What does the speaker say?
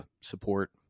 support